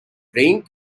rings